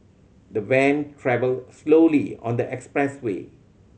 the van travelled slowly on the expressway